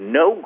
no